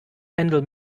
handle